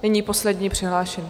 Nyní poslední přihlášený.